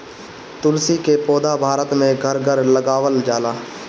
तुलसी के पौधा भारत में घर घर लगावल जाला